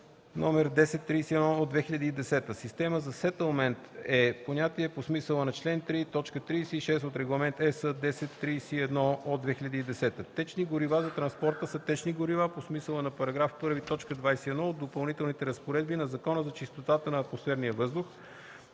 № 1031/2010. 54. „Система за сетълмент” е понятие по смисъла на член 3, т. 36 от Регламент (ЕС) № 1031/2010. 55. „Течни горива за транспорта” са течни горива по смисъла на § 1, т. 21 от Допълнителните разпоредби на Закона за чистотата на атмосферния въздух,